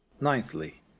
Ninthly